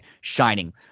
shining